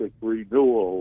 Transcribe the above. renewal